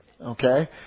Okay